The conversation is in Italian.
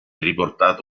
riportato